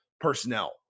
personnel